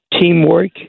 Teamwork